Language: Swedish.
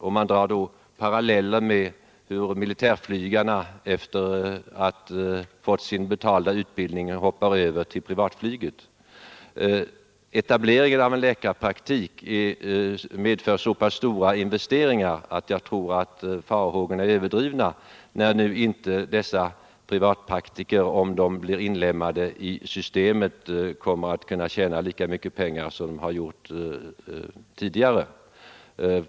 Man har då dragit paralleller med hur militärflygarna efter att ha fått sin betalda utbildning hoppar över till privatflyget. Etableringen av en läkarpraktik medför så pass stora investeringar att jag tror att farhågorna är överdrivna, när nu inte privatpraktikerna, om de blir inlemmade i systemet, kommer att kunna tjäna lika mycket pengar som de gjort tidigare.